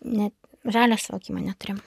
net žalio suvokimo neturėjom